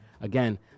Again